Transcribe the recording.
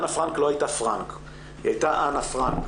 אנה פרנק לא הייתה פרנק אלא היא הייתה אנה פרנק.